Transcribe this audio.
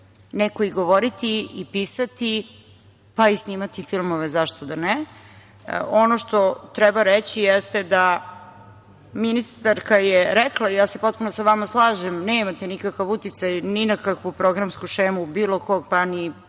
neko i govoriti i pisati, pa i snimati filmove, zašto da ne. Ono što treba reći jeste da, ministarka je rekla, potpuno se sa vama slažem, nemate nikakav uticaj ni na kakvu programsku šemu bilo kog, pa ni predstavnika